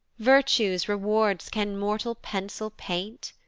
virtue's rewards can mortal pencil paint?